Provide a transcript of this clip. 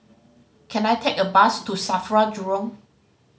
can I take a bus to SAFRA Jurong